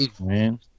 man